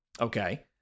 okay